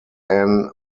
anne